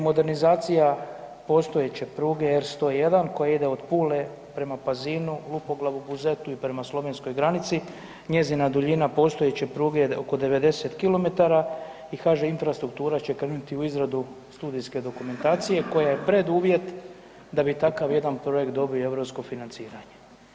modernizacija postojeće pruge R101 koja ide od Pule prema Pazinu, Lupoglavu, Buzetu i prema slovenskoj granici, njezina duljina postojeće pruge je oko 90 km i HŽ Infrastruktura će krenuti u izradu studijske dokumentacije koja je preduvjet da bi takav jedan projekt dobio europsko financiranje.